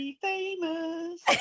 famous